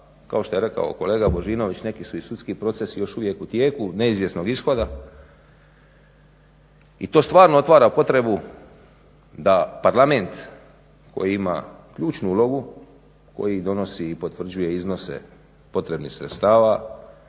Kao što je rekao kolega Božinović, neki su i sudski procesi još uvijek u tijeku, neizvjesnog ishoda. I to stvarno otvara potrebu da parlament koji ima ključnu ulogu, koji donosi i potvrđuje iznose potrebnih sredstava,